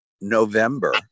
November